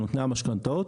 נוטלי המשכנתאות,